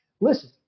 listen